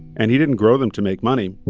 and he didn't grow them to make money.